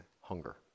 hunger